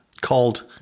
called